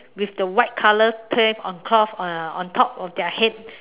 with the white color clay on top of uh on top of their head